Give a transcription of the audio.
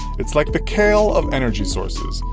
it's like the kale of energy sources.